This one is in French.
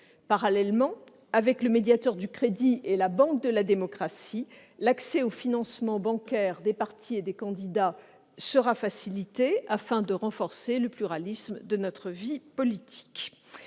Parallèlement, avec le médiateur du crédit et la banque de la démocratie, sera facilité l'accès au financement bancaire des partis et des candidats, afin de renforcer le pluralisme de notre vie politique.